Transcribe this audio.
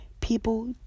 people